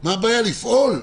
מה הבעיה לפעול?